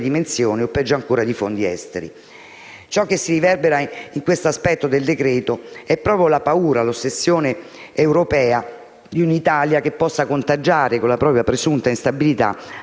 dimensioni o, peggio ancora, di fondi esteri. Ciò che si riverbera in questo aspetto del decreto-legge è la paura e l'ossessione europea di un'Italia che possa contagiare con la propria, presunta, instabilità